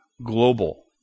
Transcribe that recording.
Global